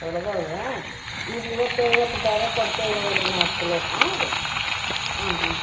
ಒಡ್ದಾವಾ ರೀ ಇದು ಇವತ್ತು ಇವತ್ತು ಬೇರೆ ಕೊಡ್ತೇವೆ ಹೇಳಿರಿ ನಾವು ಚಲೋ ಹಾಂ ರೀ ಹಾಂ ಹಾಂ